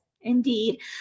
indeed